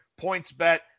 PointsBet